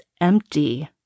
empty